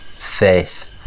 faith